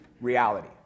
reality